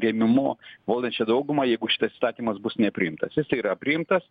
rėmimu valdančią daugumą jeigu šitas įstatymas bus nepriimtas jisai yra priimtas